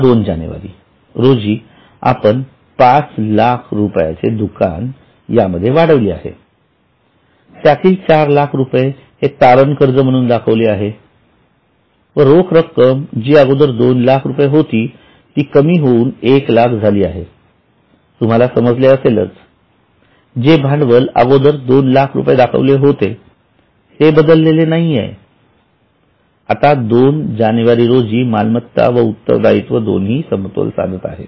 आता दोन जानेवारी रोजी आपण पाच लाखाचे दुकान यामध्ये वाढविले आहे त्यातील चार लाख रुपये हे तारण कर्ज म्हणून दाखविले आहेत व रोख रक्कम जी अगोदर दोन लाख रुपये होती ती कमी होऊन एक लाख झाली आहे तुम्हाला समजले असेलच जे भांडवल अगोदर दोन लाख रुपये दाखविले होते ते बदललेले नाही आता दोन जानेवारी रोजी मालमत्ता व उत्तरदायित्व दोन्ही समतोल साधत आहे